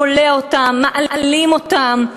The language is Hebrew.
כולא אותם, מעלים אותם.